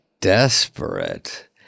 Desperate